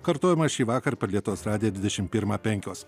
kartojimas šįvakar per lietuvos radijo dvidešimt pirmą penkios